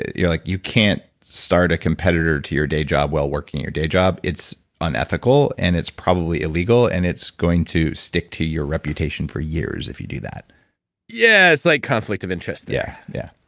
like, you can't start a competitor to your day job while working your day job, it's unethical and it's probably illegal, and it's going to stick to your reputation for years if you do that yeah, it's like conflict of interest yeah, yeah.